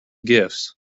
gifts